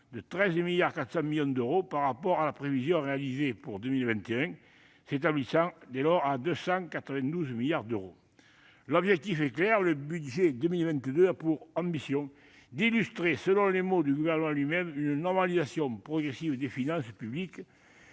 de 13,4 milliards d'euros par rapport à la prévision révisée pour 2021, celles-ci s'établissant dès lors à 292 milliards d'euros. L'objectif est clair : le projet de budget pour 2022 a pour ambition d'illustrer, selon les mots du Gouvernement lui-même, une « normalisation progressive des finances publiques